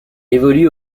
évolue